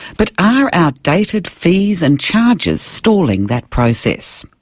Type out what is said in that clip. but are our dated fees and charges stalling that process?